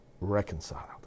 reconciled